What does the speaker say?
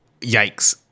Yikes